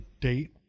date